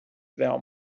them